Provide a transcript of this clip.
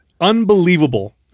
unbelievable